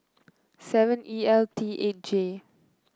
seven E L T eight J